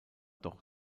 doch